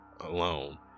alone